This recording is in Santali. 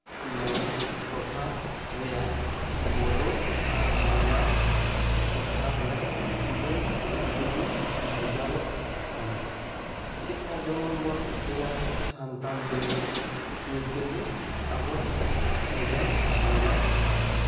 ᱱᱚᱣᱟ ᱴᱚᱴᱷᱟ ᱨᱮᱭᱟᱜ ᱵᱳᱰᱳ ᱟᱨ ᱵᱟᱝᱞᱟ ᱴᱚᱴᱷᱟ ᱨᱮᱭᱟᱜ ᱯᱟᱹᱨᱥᱤ ᱫᱚ ᱟᱹᱰᱤᱜᱮ ᱵᱷᱮᱡᱟᱞ ᱠᱟᱱᱟ ᱪᱮᱫᱠᱟ ᱡᱮᱢᱚᱱ ᱵᱚᱱ ᱞᱟᱹᱭᱟ ᱥᱟᱱᱛᱟᱞᱰᱤ ᱱᱤᱝᱠᱟᱹ ᱜᱮ ᱟᱵᱚᱣᱟᱜ ᱵᱷᱮᱡᱟᱞ ᱢᱮᱱᱟᱜᱼᱟ